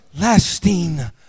Lasting